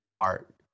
art